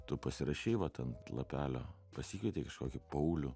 tu pasirašei vat ant lapelio pasikvietei kažkokį paulių